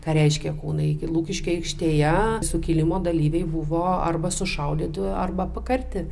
ką reiškia kūnai lukiškių aikštėje sukilimo dalyviai buvo arba sušaudytų arba pakarti